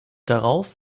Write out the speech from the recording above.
darauf